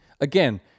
again